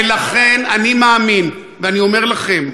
ולכן, אני מאמין, ואני אומר לכם,